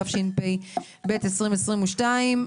התשפ"ב-2022.